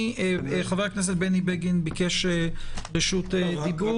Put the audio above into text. חבר הכנסת בני בגין ביקש רשות דיבור